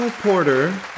Porter